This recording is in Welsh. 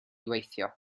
weithio